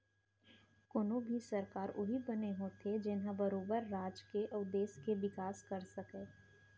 कोनो भी सरकार उही बने होथे जेनहा बरोबर राज के अउ देस के बिकास कर सकय